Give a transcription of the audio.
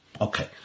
Okay